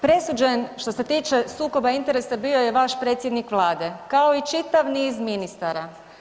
presuđen što se tiče sukoba interesa bio je vaš predsjednik Vlade kao i čitav niz ministara.